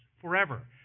forever